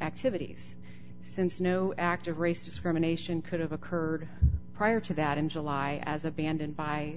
activities since no act of race discrimination could have occurred prior to that in july as abandoned by